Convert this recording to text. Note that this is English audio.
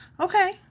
okay